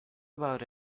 about